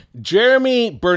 Jeremy